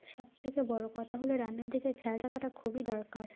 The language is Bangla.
সব থেকে বড়ো কথা হলো রান্নার জায়গায় খেয়াল রাখাটা খুবই দরকার